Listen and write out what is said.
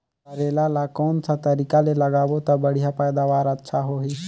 करेला ला कोन सा तरीका ले लगाबो ता बढ़िया पैदावार अच्छा होही?